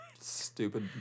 stupid